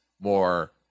more